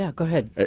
yeah go ahead. ah